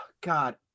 God